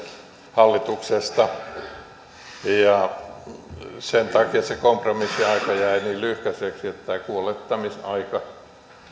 hallituksesta sen takia että se kompromissiaika jäi niin lyhkäiseksi että kuolettamisaika